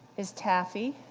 is taffy.